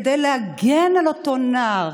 כדי להגן על אותו נער,